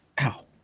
Ow